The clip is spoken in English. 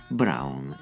brown